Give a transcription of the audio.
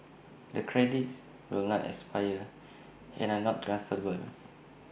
the credits will not expire and are not transferable